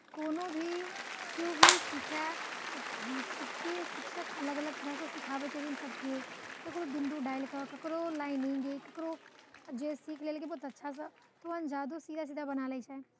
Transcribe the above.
कोनो भी कियो भी सीखए तऽ सभके शिक्षक अलग अलग तरहसँ सिखाबै छथिन सभके ककरो बिन्दु डालि कऽ ककरो लाइनिंगे ककरो जे सीख लेलकै बहुत अच्छासँ तऽ ओ अंदाजो सीधा सीधा बना लै छै